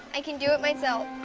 i can do it myself.